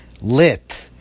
lit